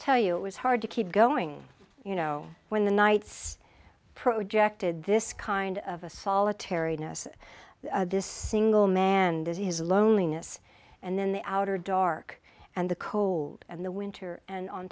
tell you it was hard to keep going you know when the nights projected this kind of a solitary nurse this single man does his loneliness and then the outer dark and the cold and the winter and on